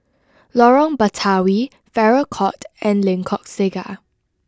Lorong Batawi Farrer Court and Lengkok Saga